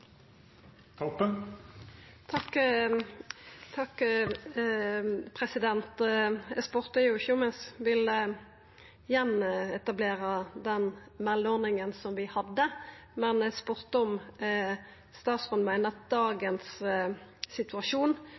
Eg spurde jo ikkje om ein vil gjenetablera den meldeordninga vi hadde. Eg spurde om statsråden meiner at dagens situasjon